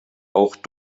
auch